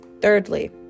thirdly